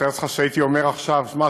תאר לעצמך שהייתי אומר עכשיו: שמע,